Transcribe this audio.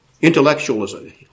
intellectualism